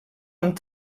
amb